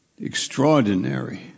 extraordinary